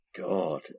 God